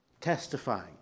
testifying